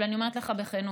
אבל אני אומרת לך בכנות,